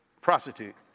prostitute